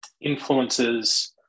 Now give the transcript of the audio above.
influences